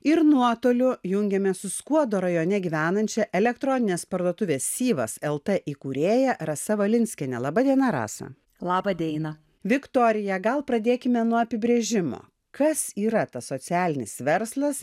ir nuotoliu jungiame su skuodo rajone gyvenančia elektroninės parduotuvės syvas lt įkūrėja rasa valinskiene laba diena rasa laba diena viktorija gal pradėkime nuo apibrėžimo kas yra tas socialinis verslas